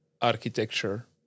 architecture